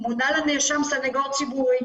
מונע לנאשם סניגור ציבורי,